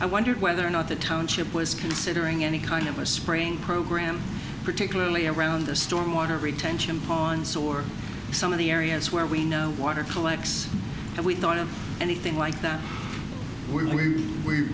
i wondered whether or not the township was considering any kind of a sprain program particularly around the storm water retention ponds or some of the areas where we know water collects and we thought of anything like